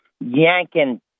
yanking